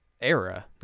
Era